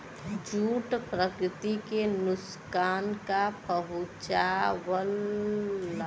jute प्रकृति के नुकसान ना पहुंचावला